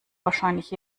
wahrscheinlich